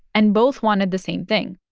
and both wanted the same thing,